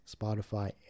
Spotify